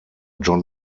john